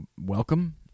welcome